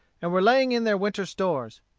and were laying in their winter stores.